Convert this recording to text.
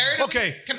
Okay